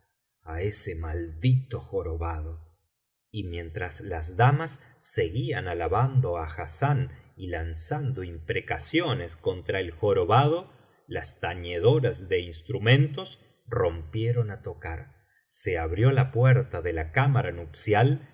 á ese maldito jorobado y mientras las damas seguían alabando á hassán y lanzando imprecaciones contra el jorobado las tañedoras de instrumentos rompieron á tocar se abrió la puerta de la cámara nupcial